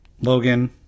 Logan